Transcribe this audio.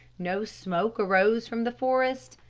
no smoke arose from the forest,